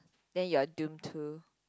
than you are doom to